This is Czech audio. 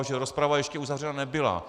Protože rozprava ještě uzavřena nebyla.